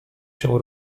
się